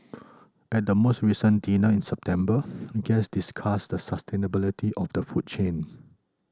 at the most recent dinner in September guests discussed the sustainability of the food chain